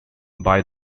buy